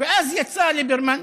ואז יצא ליברמן,